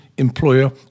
employer